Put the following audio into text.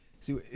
See